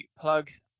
plugs